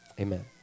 Amen